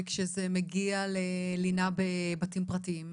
וכשזה מגיע ללינה בבתים פרטיים,